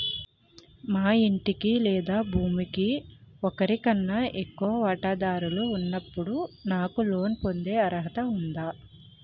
మా ఇంటికి లేదా భూమికి ఒకరికన్నా ఎక్కువ వాటాదారులు ఉన్నప్పుడు నాకు లోన్ పొందే అర్హత ఉందా?